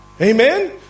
Amen